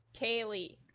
Kaylee